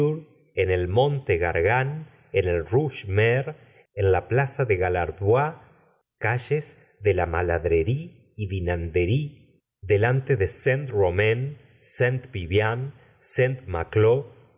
en el monte gargan en el rouge mare en la plaza de gaillatdbois calles de la maladrerie y dinanderíe delante de